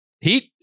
heat